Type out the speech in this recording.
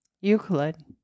Euclid